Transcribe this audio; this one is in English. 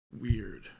weird